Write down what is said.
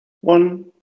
one